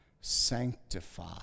sanctify